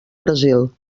brasil